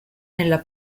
nella